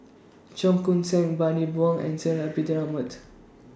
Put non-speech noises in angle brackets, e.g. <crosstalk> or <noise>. Cheong Koon Seng Bani Buang and <noise> Zainal Abidin Ahmad